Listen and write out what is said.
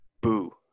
boo